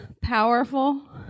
powerful